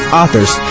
authors